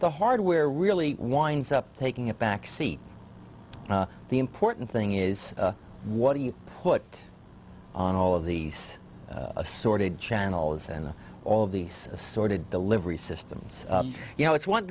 the hardware really winds up taking a back seat the important thing is what do you put on all of these assorted channels and all of these sort of delivery systems you know it's one